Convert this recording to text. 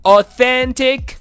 Authentic